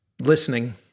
Listening